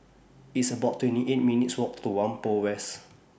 It's about twenty eight minutes' Walk to Whampoa West